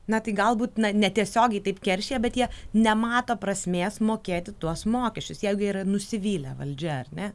na tai galbūt netiesiogiai taip keršija bet jie nemato prasmės mokėti tuos mokesčius jeigu yra nusivylę valdžia ar ne